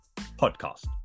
Podcast